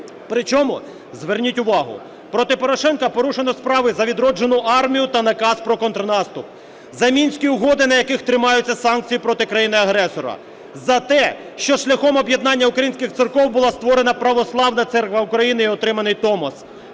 Причому, зверніть увагу, проти Порошенка порушено справи за відроджену армію та наказ про контрнаступ, за Мінські угоди на яких тримаються санкції проти країни-агресора, за те, що шляхом об'єднання українських церков була створена Православна Церква України і отриманий Томос.